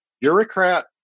bureaucrat